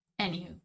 anywho